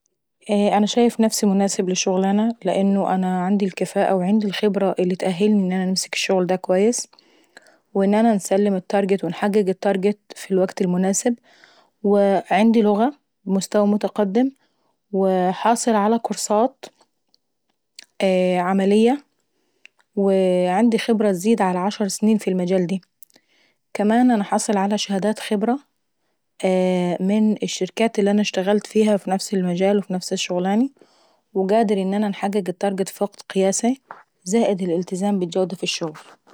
أنا شايف نفسي مناسب للشغلانة وانه أنا عندي الكفاءة وعندي الخبرة اللي تأهلني اني انا نمسك الشغل دا كويس واني انا نسلم التارجت ونحقق التارجت في الوقت المناسب. وا عندي لغة بمستوى متقدم وحاصل على كورسات اييه عملية وعندي خبرة بتزيد على عشر سنين في المجال ديه. كمان انا حاصل على شهادات خبرة اييه من الشركات اللي انا اشتغلت فيها ف نفس المجال وتفس الشغلاني وقادر ان انا انحقق الترجت ف وكت قياساي زائد الالتزام بالجودة ف الشغل.